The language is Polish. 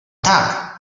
tak